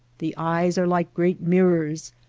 the eyes are like great mirrors,